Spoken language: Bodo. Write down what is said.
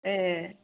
ए